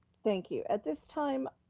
thank you, at this time,